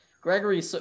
Gregory